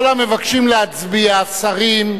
כל המבקשים להצביע, שרים,